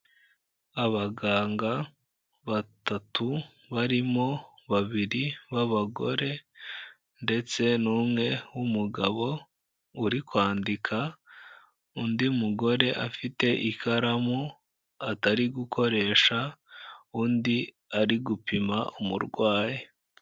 Abaganga batatu barimo babiri b'abagore ndetse n'umwe w'umugabo uri kwandika, undi mugore afite ikaramu atari gukoresha, undi ari gupima umurwayi.